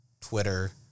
Twitter